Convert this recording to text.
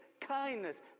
kindness